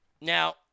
Now